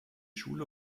schule